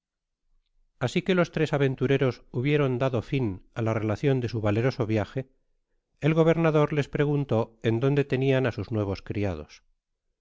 asi que los tres aventureros hubieron dado fin á la relacion de su valeroso viaje el gobernador les preguntó en dónde tenian á sus nuevos criados